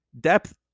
depth